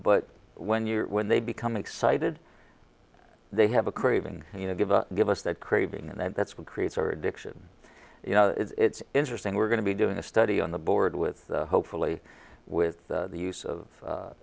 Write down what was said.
but when you're when they become excited they have a craving you know give up give us that craving and that's what creates our addiction you know it's interesting we're going to be doing a study on the board with hopefully with the use of